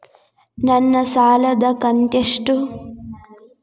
ನನ್ನ ಸಾಲದು ಕಂತ್ಯಷ್ಟು?